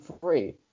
free